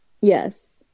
Yes